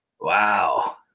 Wow